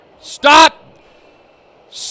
Stop